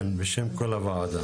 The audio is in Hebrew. כן, בשם כל הוועדה.